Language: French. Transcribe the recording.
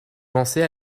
pensez